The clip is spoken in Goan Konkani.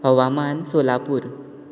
हवामान सोलापूर